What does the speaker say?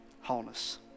wholeness